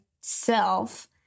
self